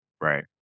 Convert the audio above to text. Right